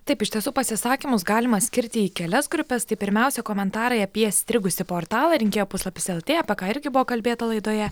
taip iš tiesų pasisakymus galima skirti į kelias grupes tai pirmiausia komentarai apie strigusi portalą rinkėjo puslapis lt apie ką irgi buvo kalbėta laidoje